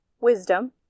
wisdom